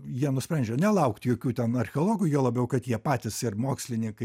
jie nusprendžia nelaukti jokių ten archeologų juo labiau kad jie patys ir mokslininkai